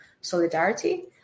solidarity